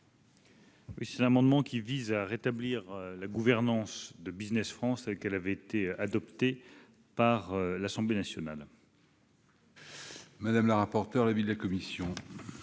Cet amendement vise à rétablir la gouvernance de Business France telle qu'elle a été adoptée par l'Assemblée nationale. Quel est l'avis de la commission